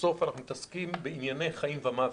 בסוף אנחנו מתעסקים בענייני חיים ומוות.